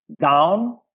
down